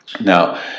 Now